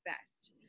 best